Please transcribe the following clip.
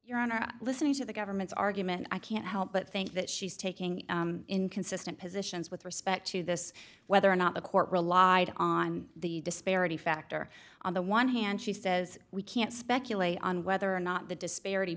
your honor listening to the government's argument i can't help but think that she's taking inconsistent positions with respect to this whether or not the court relied on the disparity factor on the one hand she says we can't speculate on whether or not the disparity